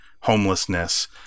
homelessness